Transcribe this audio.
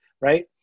right